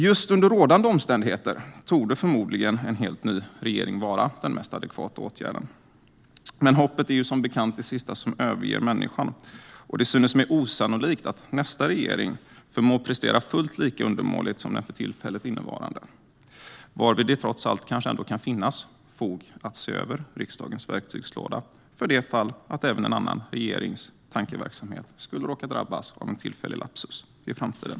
Just under rådande omständigheter torde förmodligen en helt ny regering vara den mest adekvata åtgärden. Men hoppet är ju som bekant det sista som överger människan. Det synes mig osannolikt att nästa regering förmår prestera fullt lika undermåligt som den för tillfället innevarande, men det kanske trots allt ändå kan finnas fog för att se över riksdagens verktygslåda för det fall även en annan regerings tankeverksamhet skulle råka drabbas av en tillfällig lapsus i framtiden.